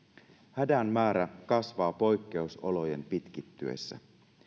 hädän määrä kasvaa poikkeusolojen pitkittyessä